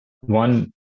one